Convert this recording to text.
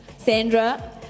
Sandra